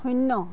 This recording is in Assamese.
শূণ্য